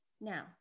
Now